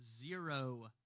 zero